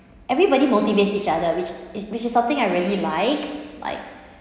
everybody motivate each other which is which is something I really like like